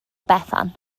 bethan